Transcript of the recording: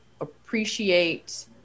appreciate